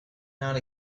not